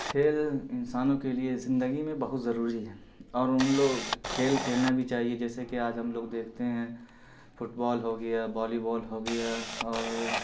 کھیل انسانوں کے لیے زندگی میں بہت ضروری ہے اور ان لوگ کھیل کھیلنا بھی چاہیے جیسے کہ آج ہم لوگ دیکھتے ہیں فٹ بال ہو گیا والی بال ہو گیا اور